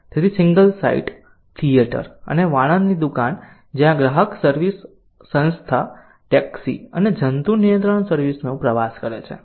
તેથી single site theatre અને વાળંદની દુકાન જ્યાં ગ્રાહક સર્વિસ સંસ્થા ટેક્સી અને જંતુ નિયંત્રણ સર્વિસ નો પ્રવાસ કરે છે